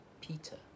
Peter